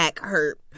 hurt